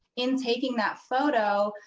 in taking that photo,